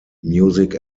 music